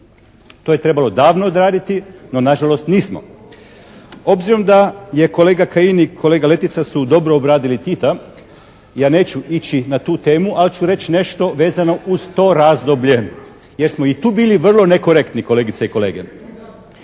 To je trebalo davno odraditi no nažalost nismo. Obzirom da je kolega Kajin i kolega Letica su dobro obradili Tita, ja neću ići na tu temu, ali ću reći nešto vezano uz to razdoblje jer smo i tu bili vrlo nekorektni, kolegice i kolege.